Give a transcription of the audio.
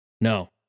No